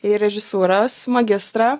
į režisūros magistrą